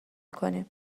کنیم